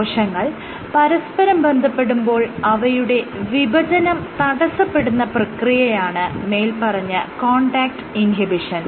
കോശങ്ങൾ പരസ്പരം ബന്ധപ്പെടുമ്പോൾ അവയുടെ വിഭജനം തടസ്സപ്പെടുന്ന പ്രക്രിയയാണ് മേല്പറഞ്ഞ കോൺടാക്ട് ഇൻഹിബിഷൻ